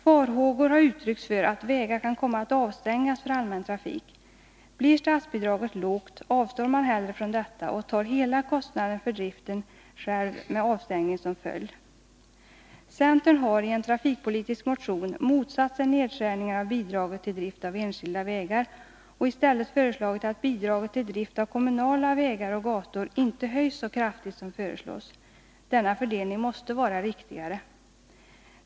Farhågor har uttryckts för att vägar kan komma att avstängas för allmän trafik. Blir statsbidraget lågt, avstår man hellre från detta och tar hela kostnaden för driften själv, med avstängning som följd. Centern har i en trafikpolitisk motion motsatt sig nedskärningar av bidraget till drift av enskilda vägar och i stället föreslagit att bidraget till drift av kommunala vägar och gator inte skall höjas så kraftigt som föreslås. Denna fördelning måste vara riktigare.